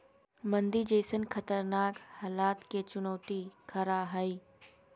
मंदी जैसन खतरनाक हलात के चुनौती खरा हइ